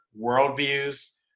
worldviews